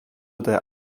der